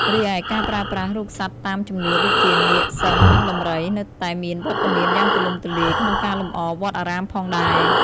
រីឯ ការប្រើប្រាស់រូបសត្វតាមជំនឿដូចជា នាគ សិង្ហ និងដំរី នៅតែមានវត្តមានយ៉ាងទូលំទូលាយក្នុងការលម្អវត្តអារាមផងដែរ។